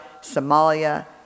Somalia